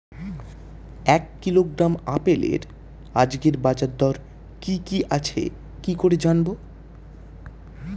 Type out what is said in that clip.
এক কিলোগ্রাম আপেলের আজকের বাজার দর কি কি আছে কি করে জানবো?